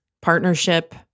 partnership